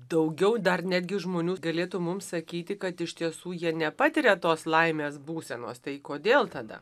daugiau dar netgi žmonių galėtų mums sakyti kad iš tiesų jie nepatiria tos laimės būsenos tai kodėl tada